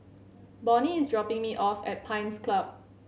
Bonnie is dropping me off at Pines Club